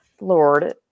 Lord